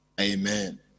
Amen